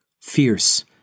Fierce